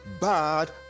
bad